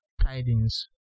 tidings